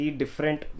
different